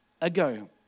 ago